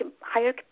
higher